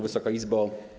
Wysoka Izbo!